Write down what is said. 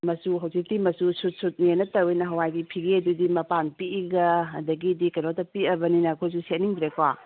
ꯃꯆꯨ ꯍꯧꯖꯤꯛꯇꯤ ꯃꯆꯨ ꯁꯨꯠ ꯁꯨꯠ ꯅꯦꯅ ꯇꯧꯏ ꯅꯍꯥꯟ ꯋꯥꯏꯒꯤ ꯐꯤꯒꯦꯗꯨꯗꯤ ꯃꯄꯥꯟ ꯄꯤꯛꯏꯒ ꯑꯗꯒꯤꯗꯤ ꯀꯩꯅꯣ ꯇꯧ ꯄꯤꯛꯂꯕꯅꯤꯅ ꯑꯩꯈꯣꯏꯁꯨ ꯁꯦꯠꯅꯤꯡꯗ꯭ꯔꯦꯀꯣ